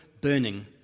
burning